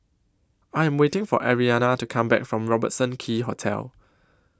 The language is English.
I Am waiting For Arianna to Come Back from Robertson Quay Hotel